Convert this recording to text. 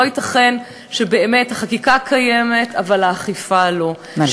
לא ייתכן שהחקיקה קיימת אבל האכיפה לא, נא לסיים.